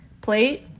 plate